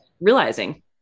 realizing